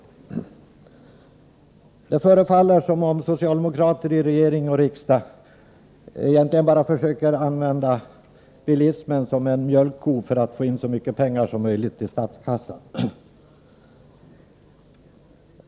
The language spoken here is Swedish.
Det förefaller som om socialdemokrater i regering och riksdag egentligen bara försöker använda bilismen som en mjölkko för att få in så mycket pengar som möjligt till statskassan.